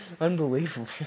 unbelievable